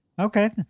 Okay